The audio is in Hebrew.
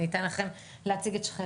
לא שבוע הבא,